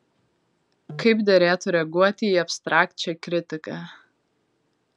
kaip derėtų reaguoti į abstrakčią kritiką